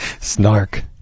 Snark